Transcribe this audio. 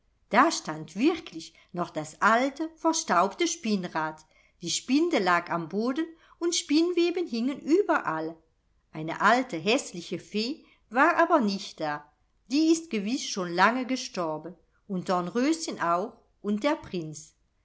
da stand wirklich noch das alte verstaubte spinnrad die spindel lag am boden und spinnweben hingen überall eine alte häßliche fee war aber nicht da die ist gewiß schon lange gestorben und dornröschen auch und der prinz